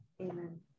Amen